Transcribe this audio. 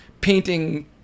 painting